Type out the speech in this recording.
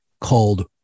called